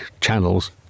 channels